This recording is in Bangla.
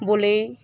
বলে